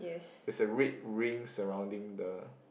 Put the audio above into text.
there's a red ring surrounding the